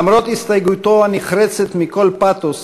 למרות הסתייגותו הנחרצת מכל פתוס,